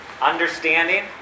understanding